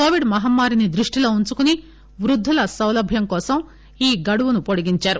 Covid మహమ్మారిని దృష్టిలో వుంచుకొని వృద్దుల సౌలభ్యం కోసం ఈ గడువును వొడిగించారు